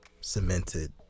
cemented